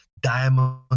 diamond